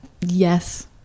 yes